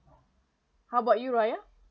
how about you raya